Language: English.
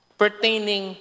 pertaining